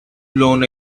blown